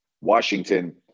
Washington